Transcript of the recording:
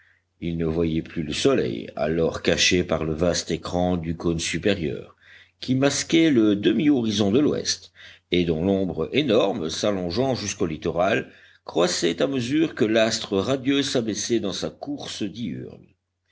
ils ne voyaient plus le soleil alors caché par le vaste écran du cône supérieur qui masquait le demi horizon de l'ouest et dont l'ombre énorme s'allongeant jusqu'au littoral croissait à mesure que l'astre radieux s'abaissait dans sa course diurne